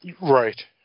right